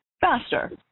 faster